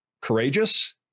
courageous